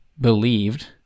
believed